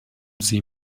sie